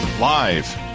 Live